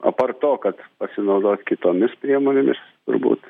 apart to kad pasinaudot kitomis priemonėmis turbūt